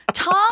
Tom